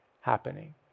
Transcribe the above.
happening